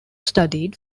studied